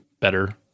better